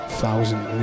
Thousand